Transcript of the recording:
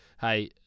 hey